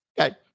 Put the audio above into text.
Okay